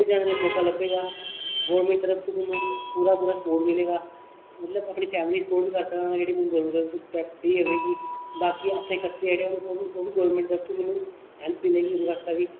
कुतै जाने दा मौका लब्भे गा गवर्नमेंट तरफ थमा पूरा पूरा स्पोट मिलेगा मतलब अपनी फैमंली स्पोट बी करी सकना जेहड़ी गवर्नमेंट तरफ तू बाकी अपने खर्चे जेहडे़ ओहेबी गवर्नमेंट तरफ थमां हैल्प मिले गी ओहदे बास्तै